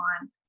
on